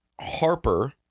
Harper